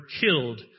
killed